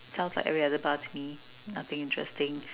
sounds like every other bar to me nothing interesting